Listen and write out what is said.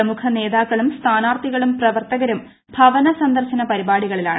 പ്രമുഖ നേതാക്കളും സ്ഥാനാർത്ഥികളും പ്രവർത്തകരും ഭവന സന്ദർശന പരിപാടികളിലാണ്